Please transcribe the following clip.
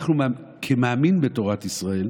אנחנו, כמאמינים בתורת ישראל,